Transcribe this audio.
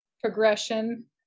progression